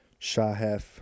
Shahef